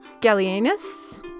Gallienus